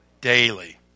daily